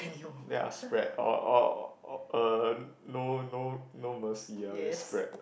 then I'll spread or or or uh no no no mercy I'll just spread